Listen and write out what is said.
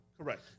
Correct